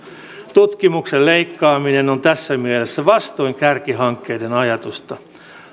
tutkimuksen leikkaaminen on tässä mielessä vastoin kärkihankkeiden ajatusta